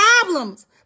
problems